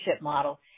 model